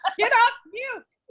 um get off mute!